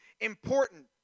important